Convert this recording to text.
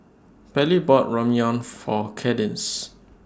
Pallie bought Ramyeon For Kadence